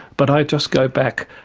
but i just go back,